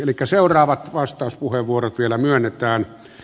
elikkä seuraavat vastauspuheenvuorot vielä myönnetään